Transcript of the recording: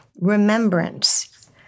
remembrance